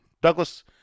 Douglas